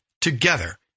together